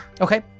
okay